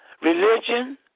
religion